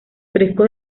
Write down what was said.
frescos